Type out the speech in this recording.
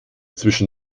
zwischen